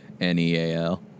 N-E-A-L